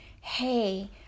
Hey